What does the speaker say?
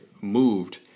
moved